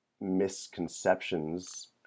misconceptions